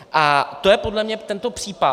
A to je podle mě tento případ.